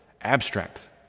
abstract